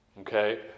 Okay